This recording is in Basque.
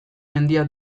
mendia